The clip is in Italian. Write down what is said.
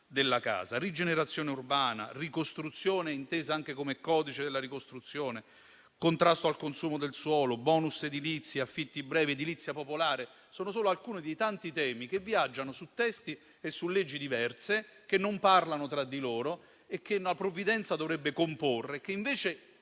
della casa. Rigenerazione urbana, ricostruzione (intesa anche come codice della ricostruzione), contrasto al consumo del suolo, *bonus* edilizi, affitti brevi, edilizia popolare: sono solo alcuni dei tanti temi che viaggiano su testi e leggi diversi, che non parlano tra di loro e la provvidenza dovrebbe comporre, ma che invece